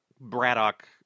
Braddock